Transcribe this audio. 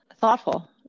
thoughtful